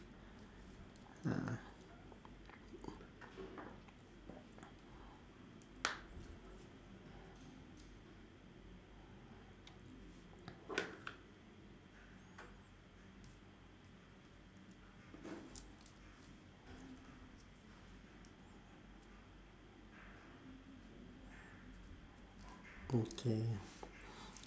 okay